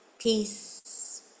peace